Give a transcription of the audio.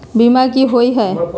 बीमा की होअ हई?